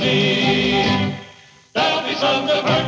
they are